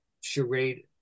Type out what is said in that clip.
charade